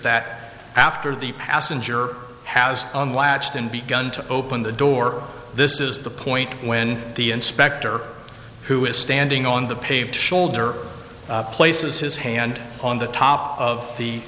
that after the passenger has unlatched and begun to open the door this is the point when the inspector who is standing on the paved shoulder places his hand on the top of the